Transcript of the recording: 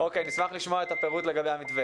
המדינה השכילה להבין את זה וגיבשה מתווה